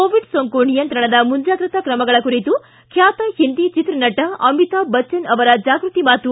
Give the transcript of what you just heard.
Covid ಸೋಂಕು ನಿಯಂತ್ರಣದ ಮುಂಜಾಗ್ರತಾ ಕ್ರಮಗಳ ಕುರಿತು ಖ್ಯಾತ ಹಿಂದಿ ಚಿತ್ರನಟ ಅಮಿತಾಬ್ ಬಚ್ವನ್ ಅವರ ಜಾಗ್ಪತಿ ಮಾತು